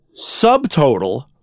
subtotal